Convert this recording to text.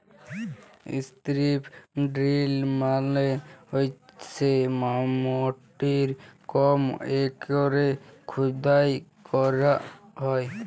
strip drill মালে হইসে মাটির কম কইরে খুদাই ক্যইরা হ্যয়